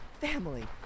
family